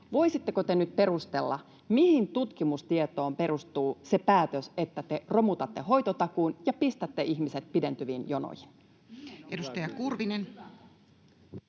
voisitteko te nyt perustella, mihin tutkimustietoon perustuu se päätös, että te romutatte hoitotakuun ja pistätte ihmiset pidentyviin jonoihin? [Aino-Kaisa Pekonen: